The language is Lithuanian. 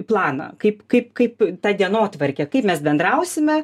planą kaip kaip kaip tą dienotvarkę kaip mes bendrausime